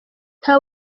nta